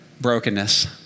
brokenness